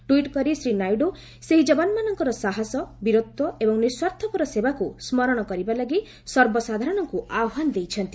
tweet କରି ଶ୍ରୀ ନାଇଡ଼ୁ ସେହି ଯବାନମାନଙ୍କର ସାହସ ବୀରତ୍ୱ ଏବଂ ନିଃସ୍ୱାର୍ଥପର ସେବାକୁ ସ୍କରଣ କରିବା ଲାଗି ସର୍ବସାଧାରଣଙ୍କୁ ଆହ୍ୱାନ ଦେଇଛନ୍ତି